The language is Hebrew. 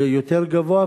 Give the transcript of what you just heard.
יותר גבוה,